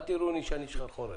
אל תראוני שאני שחרחורת.